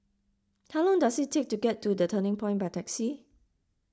how long does it take to get to the Turning Point by taxi